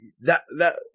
that—that